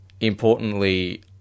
Importantly